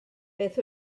beth